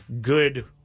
good